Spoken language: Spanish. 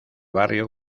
barrio